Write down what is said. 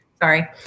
Sorry